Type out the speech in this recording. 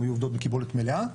הן היו עובדות בקיבולת מלאה,